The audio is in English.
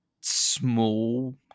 small